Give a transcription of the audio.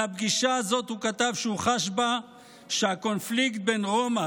על הפגישה הזאת הוא כתב שהוא חש בה ש"הקונפליקט בין רומא,